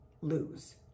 lose